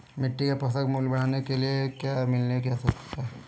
मिट्टी के पोषक मूल्य को बढ़ाने के लिए उसमें क्या मिलाने की आवश्यकता है?